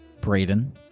Braden